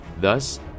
thus